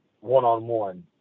one-on-one